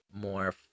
more